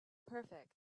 perfect